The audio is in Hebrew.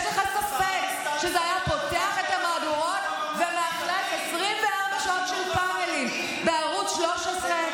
יש לך ספק שזה היה פותח את המהדורות ומאכלס 24 שעות של פאנלים בערוץ 13?